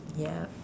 yup